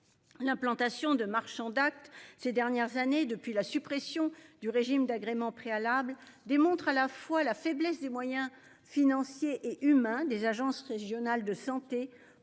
L'implantation de marchands d'actes ces dernières années, depuis la suppression du régime d'agrément préalable démontre à la fois la faiblesse des moyens financiers et humains des agences régionales de santé